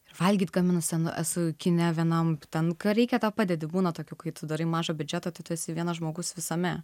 ir valgyt gaminus ten esu kine vienam ten ką reikia tą padedi būna tokių kai tu darai mažo biudžeto tai tu esi vienas žmogus visame